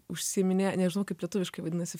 užsiiminėja nežinau kaip lietuviškai vadinasi